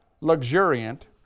Luxuriant